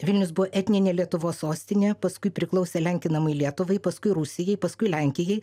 vilnius buvo etninė lietuvos sostinė paskui priklausė lenkinamai lietuvai paskui rusijai paskui lenkijai